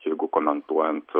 jeigu komentuojant